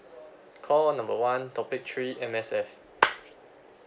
call number one topic three M_S_F